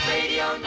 Radio